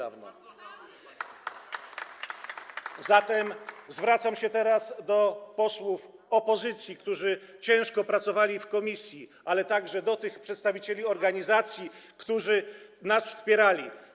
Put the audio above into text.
A zatem zwracam się teraz do posłów opozycji, którzy ciężko pracowali w komisji, ale także do tych przedstawicieli organizacji, którzy nas wspierali.